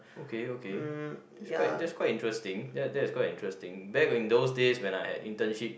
okay okay that's quite that's quite interesting that that is quite interesting back in those days when I had internship